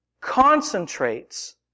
concentrates